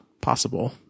possible